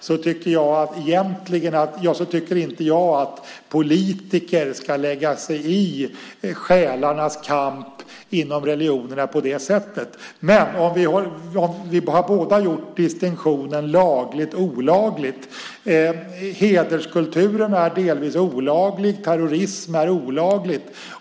Jag tycker inte att politiker på det sättet ska lägga sig i själarnas kamp inom religionerna. Vi har båda gjort distinktionen lagligt respektive olagligt. Hederskulturen är delvis olaglig. Terrorism är olagligt.